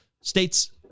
States